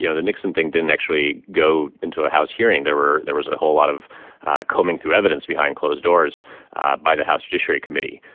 you know the nixon thing didn't actually go into a house hearing. there were there was a whole lot of combing through evidence behind closed doors by the house judiciary committee.